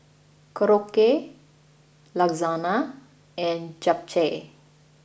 Korokke Lasagna and Japchae